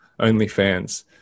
OnlyFans